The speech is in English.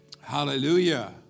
Hallelujah